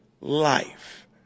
life